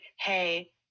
hey